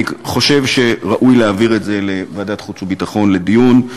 אני חושב שראוי להעביר את הנושא לוועדת החוץ והביטחון לדיון.